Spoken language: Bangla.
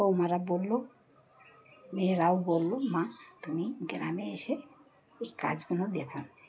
বৌ মারা বললো মেয়েরাও বললো মা তুমি গ্রামে এসে এই কাজগুলো দেখও